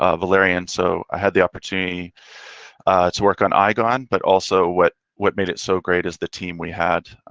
ah valerian. so, i had the opportunity to work on igon, but also what what made it so great as the team we had.